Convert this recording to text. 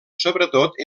sobretot